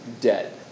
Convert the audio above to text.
dead